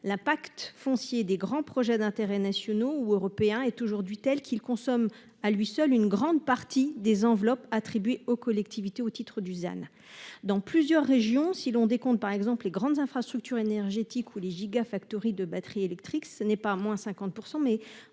l'impact foncier des grands projets d'intérêt national ou européen est aujourd'hui tel que ces derniers consomment à eux seuls une grande partie des « enveloppes » attribuées aux collectivités au titre du ZAN. Dans plusieurs régions, si l'on décompte par exemple les grandes infrastructures énergétiques ou les de batteries électriques, c'est non pas